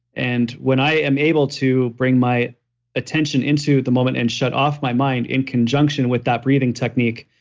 and when i am able to bring my attention into the moment and shut off my mind in conjunction with that breathing technique,